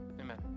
Amen